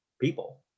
people